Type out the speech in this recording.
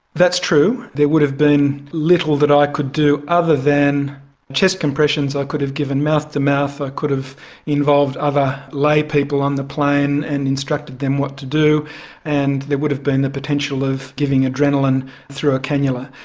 that's true, there would have been little that i could do other than chest compressions, i could have given mouth to mouth, i could have involved other lay people on the plane and instructed them what to do and there would have been the potential of giving adrenalin through a canula.